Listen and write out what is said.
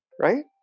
right